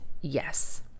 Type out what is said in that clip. Yes